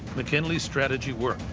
mckinley's strategy worked.